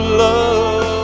love